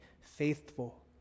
faithful